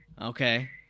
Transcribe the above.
Okay